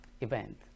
event